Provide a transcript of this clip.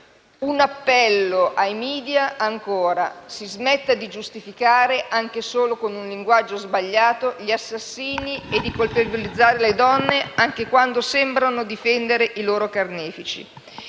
un appello ai *media*: si smetta di giustificare, anche solo con un linguaggio sbagliato, gli assassini e di colpevolizzare le donne, anche quando sembrano difendere i loro carnefici.